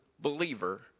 believer